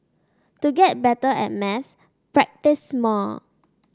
to get better at maths practise more